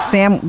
Sam